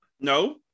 No